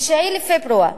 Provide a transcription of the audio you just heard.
ב-9 בפברואר